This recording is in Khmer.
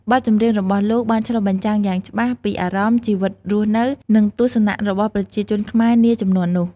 បទចម្រៀងរបស់លោកបានឆ្លុះបញ្ចាំងយ៉ាងច្បាស់ពីអារម្មណ៍ ជីវិតរស់នៅ និងទស្សនៈរបស់ប្រជាជនខ្មែរនាជំនាន់នោះ ។